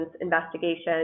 investigation